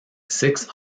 six